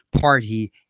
party